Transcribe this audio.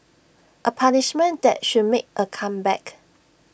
A punishment that should make A comeback